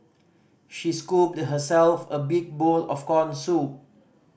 she scooped herself a big bowl of corn soup